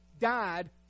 died